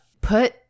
put